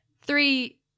three